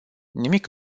nimic